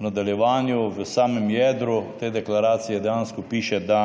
V nadaljevanju, v samem jedru te deklaracije dejansko piše, da